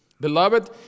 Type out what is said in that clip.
Beloved